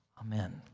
amen